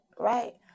right